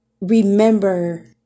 remember